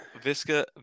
Visca